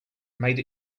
made